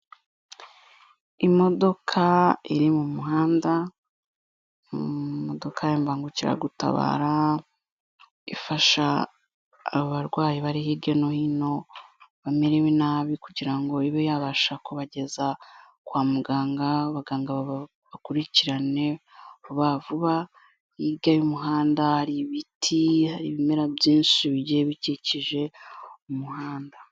Imodoka iri mu muhanda, imodoka y'imbangukiragutabara ifasha abarwayi bari hirya no hino bamerewe nabi kugira ngo ibe yabasha kubageza kwa muganga, abaganga bakurikirane vuba vuba, hirya y'umuhanda hari ibiti, hari ibimera byinshi bigiye bikikije umuhanda.